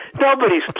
Nobody's